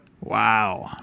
Wow